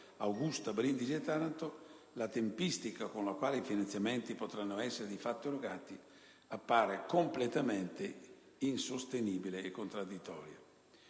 Augusta, Brindisi e Taranto, la tempistica con la quale i finanziamenti potranno essere di fatto erogati appare completamente insostenibile e contraddittoria.